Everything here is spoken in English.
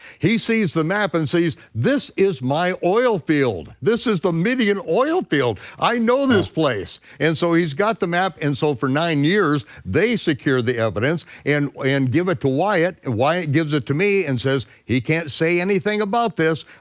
he sees the map and sees, this is my oil field. this is the midian oil field, i know this place. and so he's got the map, and so for nine years, they secure the evidence and and give it to wyatt. wyatt gives it to me and says he can't say anything about this,